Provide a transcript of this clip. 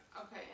Okay